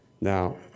Now